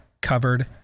covered